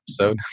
episode